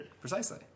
Precisely